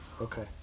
okay